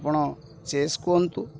ଆପଣ ଚେସ୍ କୁହନ୍ତୁ